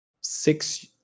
six